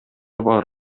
бар